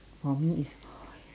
for me is